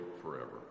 forever